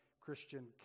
Christian